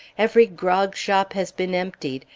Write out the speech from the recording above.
every grog-shop has been emptied,